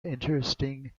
interesting